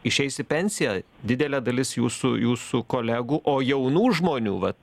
išeis į pensiją didelė dalis jūsų jūsų kolegų o jaunų žmonių vat